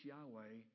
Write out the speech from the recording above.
Yahweh